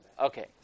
Okay